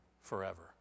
forever